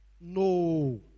No